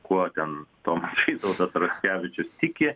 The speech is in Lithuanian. kuo ten tuom vytautas raskevičius tiki